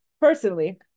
personally